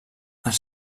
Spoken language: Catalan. els